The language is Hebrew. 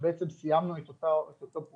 שבעצם סיימנו את אותו פרויקט,